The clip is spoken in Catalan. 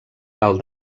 cal